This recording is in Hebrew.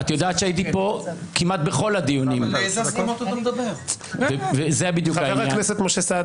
בין הרשויות ואת כל הכוח העודף שכולנו מבינים שיש בידי מערכת המשפט.